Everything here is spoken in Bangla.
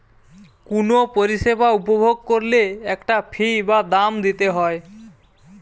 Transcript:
কুনো পরিষেবা উপভোগ কোরলে একটা ফী বা দাম দিতে হই